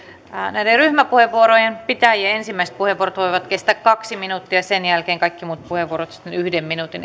ryhmäpuheenvuorojen pitäjien ensimmäiset puheenvuorot voivat kestää kaksi minuuttia ja sen jälkeen kaikki muut puheenvuorot sitten yhden minuutin